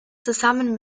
zusammen